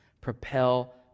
propel